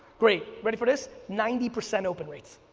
great, ready for this, ninety percent open rates.